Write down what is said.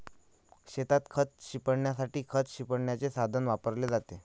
शेतात खत शिंपडण्यासाठी खत शिंपडण्याचे साधन वापरले जाते